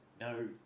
no